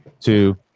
two